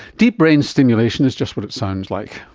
deep brain stimulation is just what it sounds like.